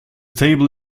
table